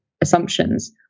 assumptions